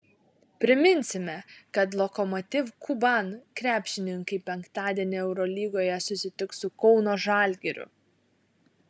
priminsime kad lokomotiv kuban krepšininkai penktadienį eurolygoje susitiks su kauno žalgiriu